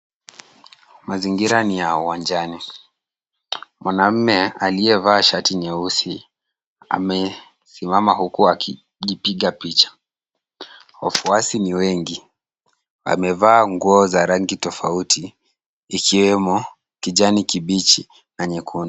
Mazingira ni ya uwanjani. Mwanaume aliyevaa shati nyeusi amesimama huku akijipiga picha. Wafuasi ni wengi. Wamevaa nguo za rangi tofauti ikiwemo kijani kibichi na nyekundu.